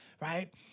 right